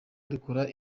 dukora